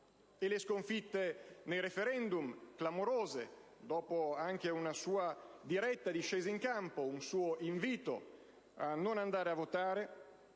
Le sconfitte nei *referendum*, clamorose, con una sua diretta discesa in campo, un suo invito a non andare a votare,